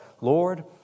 Lord